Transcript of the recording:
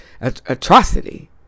atrocity